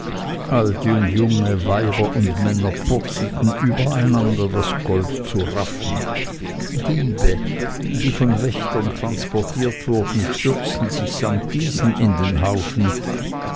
alte und junge weiber und männer purzelten übereinander das gold zu raffen diebe die von wächtern transportiert wurden stürzten sich samt diesen in den haufen